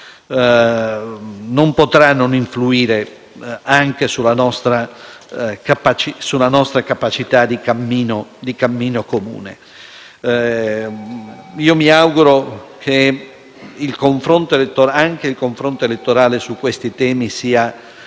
non potrà non influire anche sulla nostra capacità di cammino comune. Mi auguro che il confronto elettorale su questi temi sia